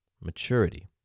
Maturity